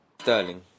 Sterling